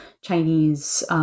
Chinese